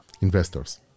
investors